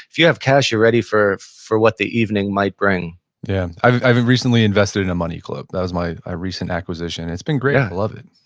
if you have cash, you're ready for for what the evening might bring yeah. i have recently invested in a money club, that was my recent acquisition. it's been great. i love it.